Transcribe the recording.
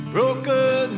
Broken